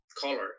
color